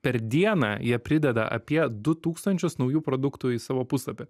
per dieną jie prideda apie du tūkstančius naujų produktų į savo puslapį